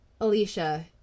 Alicia